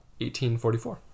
1844